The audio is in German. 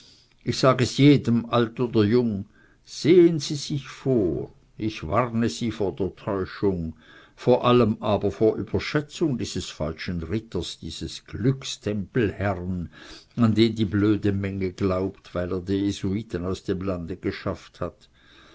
ich sag es jedem alt oder jung sehen sie sich vor ich warne sie vor täuschung vor allem aber vor überschätzung dieses falschen ritters dieses glückstempelherrn an den die blöde menge glaubt weil er die jesuiten aus dem lande geschafft hat